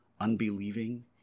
Unbelieving